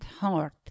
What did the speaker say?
heart